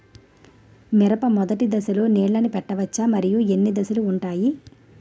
మిరప మొదటి దశలో నీళ్ళని పెట్టవచ్చా? మరియు ఎన్ని దశలు ఉంటాయి?